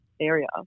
area